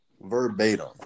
Verbatim